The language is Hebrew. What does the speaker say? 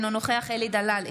אינו נוכח אלי דלל,